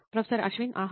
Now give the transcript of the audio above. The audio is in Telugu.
ప్రొఫెసర్ అశ్విన్ ఆహా